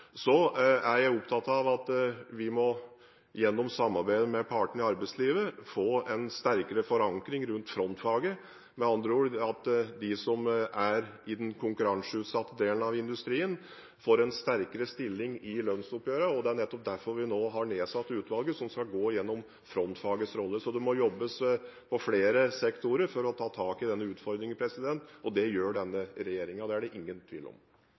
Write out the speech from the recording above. Så er jeg opptatt av at vi gjennom samarbeidet med partene i arbeidslivet må få en sterkere forankring rundt frontfaget, med andre ord at de som er i den konkurranseutsatte delen av industrien, får en sterkere stilling i lønnsoppgjørene. Det er nettopp derfor vi har nedsatt utvalget som skal gå igjennom frontfagets rolle. Så det må jobbes på flere sektorer for å ta tak i denne utfordringen. Det gjør denne regjeringen – det er det ingen tvil om.